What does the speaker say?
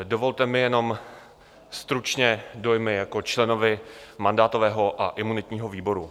Dovolte mi jen stručně dojmy jako členovi mandátového a imunitního výboru.